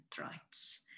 rights